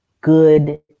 good